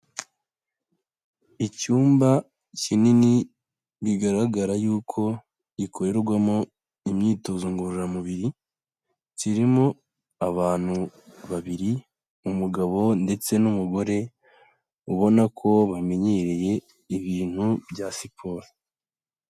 Icyumba kinini bigaragara yuko gikorerwamo imyitozo ngororamubiri, kirimo abantu babiri, umugabo ndetse n'umugore, ubona ko bamenyereye ibintu bya siporo.